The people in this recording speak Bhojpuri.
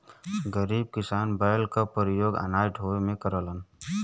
गरीब किसान बैल क परियोग अनाज ढोवे में करलन